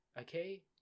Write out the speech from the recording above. okay